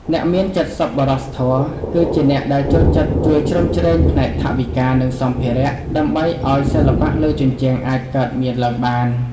អ្នកមានចិត្តសប្បុរសធម៌ គឺជាអ្នកដែលចូលចិត្តជួយជ្រោមជ្រែងផ្នែកថវិកា និងសម្ភារៈ ដើម្បីឱ្យសិល្បៈលើជញ្ជាំងអាចកើតមានឡើងបាន។